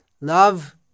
love